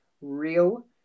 real